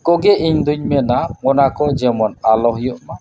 ᱠᱚᱜᱮ ᱤᱧ ᱫᱚᱧ ᱢᱮᱱᱟ ᱚᱱᱟ ᱠᱚ ᱡᱮᱢᱚᱱ ᱟᱞᱚ ᱦᱩᱭᱩᱜᱼᱢᱟ